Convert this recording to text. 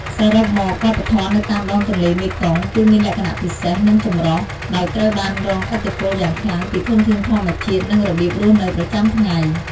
សរុបមក វប្បធម៌នៅតាមដងទន្លេមេគង្គគឺមានលក្ខណៈពិសេស និងចម្រុះ ដោយត្រូវបានរងឥទ្ធិពលយ៉ាងខ្លាំងពីធនធានធម្មជាតិ និងរបៀបរស់នៅប្រចាំថ្ងៃ។